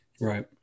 Right